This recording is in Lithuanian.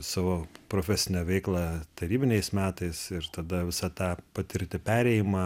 savo profesinę veiklą tarybiniais metais ir tada visą tą patirti perėjimą